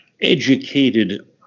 educated